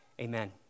amen